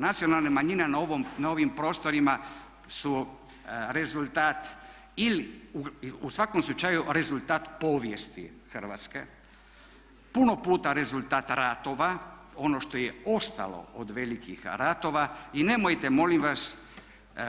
Nacionalne manjine na ovim prostorima su rezultat ili, u svakom slučaju rezultat povijesti Hrvatske, puno puta rezultat ratova, ono što je ostalo od velikih ratova i nemojte molim vas